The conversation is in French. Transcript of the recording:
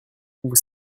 vous